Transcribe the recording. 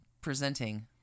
presenting